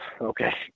okay